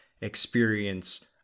experience